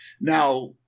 Now